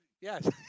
Yes